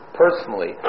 personally